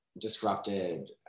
disrupted